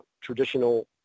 traditional